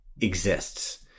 exists